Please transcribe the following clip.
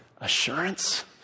Assurance